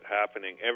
happening